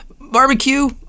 barbecue